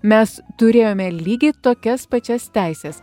mes turėjome lygiai tokias pačias teises